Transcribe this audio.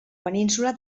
península